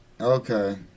Okay